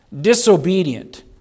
disobedient